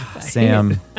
Sam